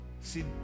see